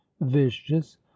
vicious